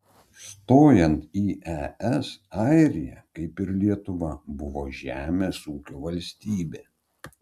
stojant į es airija kaip ir lietuva buvo žemės ūkio valstybė